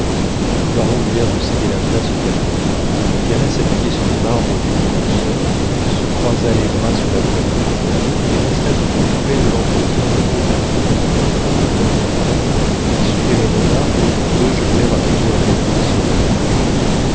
le baron eut l'air de céder la place aux quadrilles il alla s'appuyer sur le marbre d'une console se croisa les bras sur la poitrine et resta tout occupé de l'entretien des deux dames de temps en temps il suivait les regards que toutes deux jetèrent à plusieurs reprises sur l'inconnue